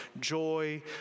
joy